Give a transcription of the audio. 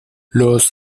los